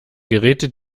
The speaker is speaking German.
geräte